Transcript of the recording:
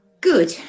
Good